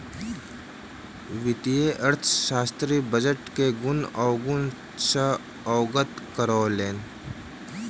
वित्तीय अर्थशास्त्री बजट के गुण अवगुण सॅ अवगत करौलैन